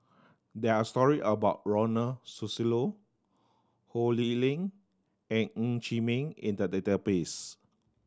there are story about Ronald Susilo Ho Lee Ling and Ng Chee Meng in the database